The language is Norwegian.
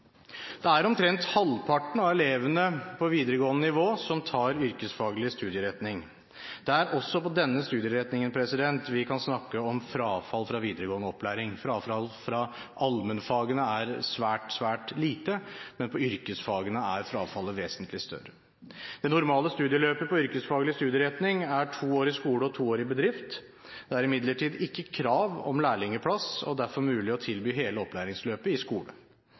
Omtrent halvparten av elevene på videregående tar yrkesfaglig studieretning. Det er også på denne studieretningen vi kan snakke om frafall fra videregående opplæring. Frafallet fra allmennfagene er svært, svært lite, men på yrkesfagene er frafallet vesentlig større. Det normale studieløpet på yrkesfaglig studieretning er to år i skole og to år i bedrift. Det er imidlertid ikke krav om lærlingplass, og det er derfor mulig å tilby hele opplæringsløpet i